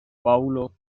paulo